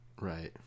Right